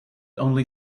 only